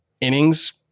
innings